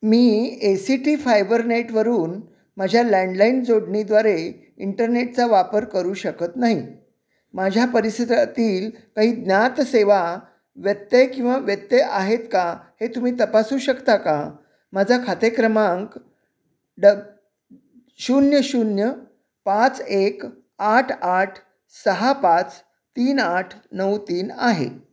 me A C T फायबरनेटवरून माझ्या landline जोडणीद्वारे इंटरनेटचा वापर करू शकत नाही माझ्या परिससरातील काही ज्ञात सेवा व्यत्यय किंवा व्यत्यय आहेत का हे तुम्ही तपासू शकता का माझा खाते क्रमांक डब शून्य शून्य पाच एक आठ आठ सहा पाच तीन आठ नऊ तीन आहे